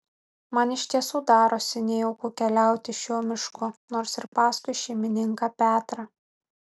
man iš tiesų darosi nejauku keliauti šiuo mišku nors ir paskui šeimininką petrą